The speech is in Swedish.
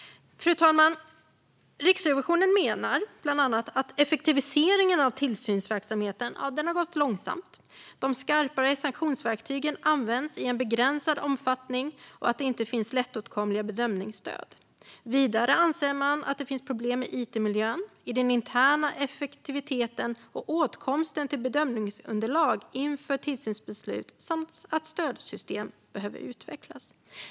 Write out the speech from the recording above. Fru talman! Riksrevisionen menar bland annat att effektiviseringen av tillsynsverksamheten har gått långsamt, att de skarpare sanktionsverktygen används i en begränsad omfattning och att det inte finns lättåtkomliga bedömningsstöd. Vidare anser man att det finns problem i it-miljön och när det gäller den interna effektiviteten och åtkomsten till bedömningsunderlag inför tillsynsbeslut samt att stödsystemen behöver utvecklas.